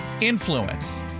influence